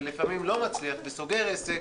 ולפעמים לא מצליח וסוגר עסק,